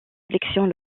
élections